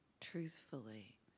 truthfully